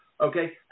Okay